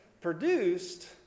produced